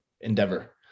endeavor